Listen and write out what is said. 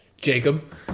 Jacob